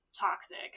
Toxic